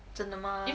真的吗